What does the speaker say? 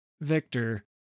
Victor